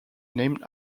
named